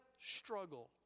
struggle